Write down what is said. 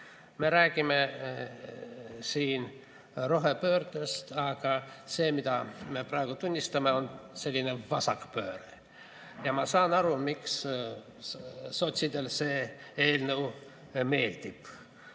Me räägime siin rohepöördest, aga see, mida me praegu tunnistame, on selline vasakpööre. Ma saan aru, miks sotsidele see eelnõu meeldib,